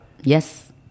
Yes